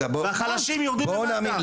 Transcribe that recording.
החלשים יורדים למטה והעשירים עולים למעלה.